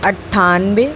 अट्ठानवे